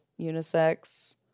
unisex